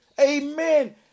amen